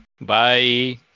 Bye